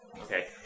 Okay